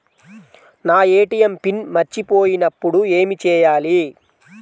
నా ATM PIN మర్చిపోయినప్పుడు ఏమి చేయాలి?